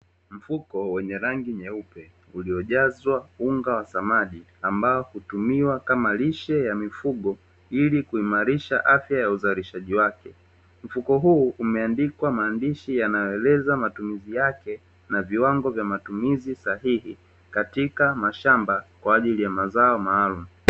Mfuko wenye rangi nyeupe uliojazwa unga wa samadi, ambao hutumiwa kama lishe ya mifugo ili kuimarisha afya ya uzalishaji wake, mfuko huu umeandikwa maandishi yanayoeleza matumizi yake, na viwango vya matumizi sahihi katika mashamba kwa ajili ya mazao maalumu.